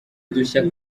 udushya